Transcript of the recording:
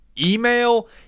email